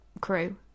crew